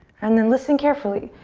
and then listen carefully.